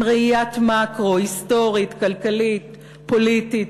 עם ראיית-מקרו היסטורית, כלכלית, פוליטית,